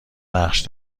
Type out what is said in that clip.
نقش